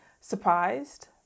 surprised